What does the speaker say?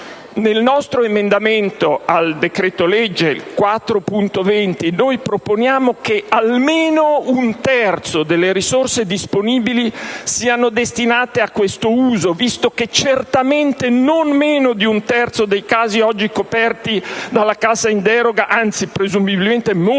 Nel nostro emendamento 4.20 al decreto-legge in esame proponiamo che almeno un terzo delle risorse disponibili sia destinato a questo uso, visto che certamente non meno di un terzo dei casi oggi coperti dalla cassa in deroga, anzi presumibilmente molti